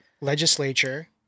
legislature